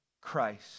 Christ